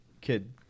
kid